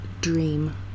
Dream